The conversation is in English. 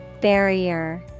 Barrier